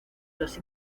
los